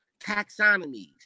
taxonomies